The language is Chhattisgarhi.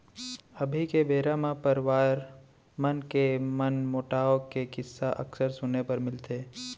अभी के बेरा म परवार मन के मनमोटाव के किस्सा अक्सर सुने बर मिलथे